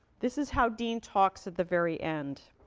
this is how dean talks at the very end